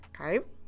okay